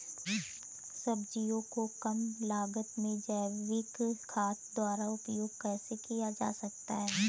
सब्जियों को कम लागत में जैविक खाद द्वारा उपयोग कैसे किया जाता है?